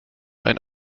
ein